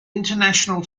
international